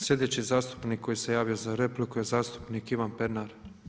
Slijedeći zastupnik koji se javio za repliku je zastupnik Ivan Pernar.